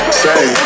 say